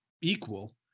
equal